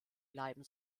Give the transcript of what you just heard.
bleiben